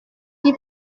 qui